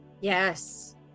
Yes